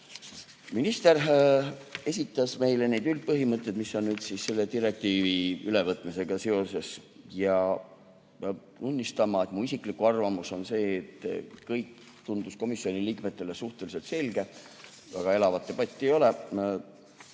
Urgas. Minister esitles meile neid üldpõhimõtteid, mis on seotud selle direktiivi ülevõtmisega. Pean tunnistama, et minu isiklik arvamus on see, et kõik tundus komisjoni liikmetele suhteliselt selge. Väga elavat debatti ei olnud.